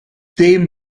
dem